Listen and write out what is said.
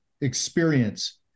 experience